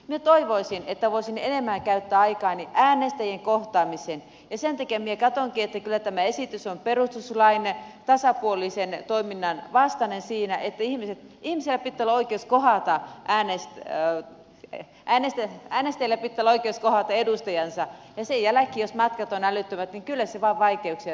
minä toivoisin että voisin enemmän käyttää aikaani äänestäjien kohtaamiseen ja sen takia katsonkin että kyllä tämä esitys on perustuslain tasapuolisen toiminnan vastainen siinä että ihmiset niin se että oitis kohauttaa koska äänestäjillä pitää olla oikeus kohdata edustajansa mutta jos matkat ovat älyttömät kyllä se vain vaikeuksia teettää